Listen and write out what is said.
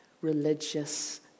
religious